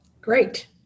Great